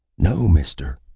no, mister,